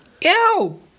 Ew